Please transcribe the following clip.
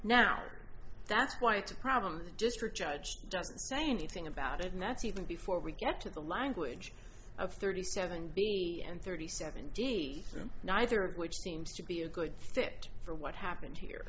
now that's why it's a problem the district judge doesn't say anything about it and that's even before we get to the language of thirty seven and thirty seven d neither of which seems to be a good fit for what happened here